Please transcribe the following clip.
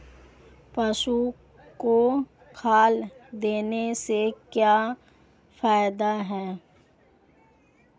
पशु को खल देने से क्या फायदे हैं?